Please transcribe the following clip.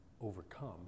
overcome